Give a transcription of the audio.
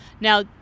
Now